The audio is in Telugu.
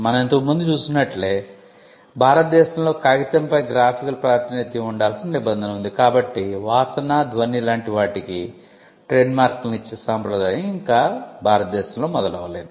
మనం ఇంతకు ముందు చూసినట్లే భారతదేశంలో కాగితంపై గ్రాఫికల్ ప్రాతినిధ్యం ఉండాల్సిన నిబంధన ఉంది కాబట్టి వాసన ధ్వని లాంటి వాటికి ట్రేడ్మార్క్లను ఇచ్చే సంప్రదాయం భారత దేశంలో ఇంకా మొదలవ్వలేదు